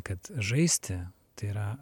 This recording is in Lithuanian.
kad žaisti tai yra